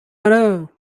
malheur